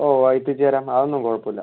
ഓ എത്തിച്ച് തരാം അതൊന്നും കുഴപ്പമില്ല